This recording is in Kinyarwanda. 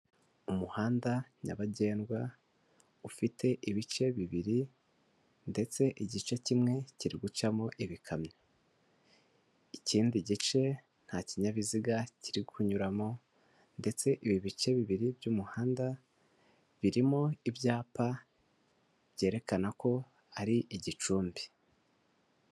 Umuhanda nyabagendwa ufite ibice bibiri ndetse igice kimwe kiri gucamo ibikamyo ikindi gice nta kinyabiziga kiri kunyuramo ndetse ibi bice bibiri by'umuhanda birimo ibyapa byerekana ko ari i Gicumbi.